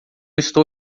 estou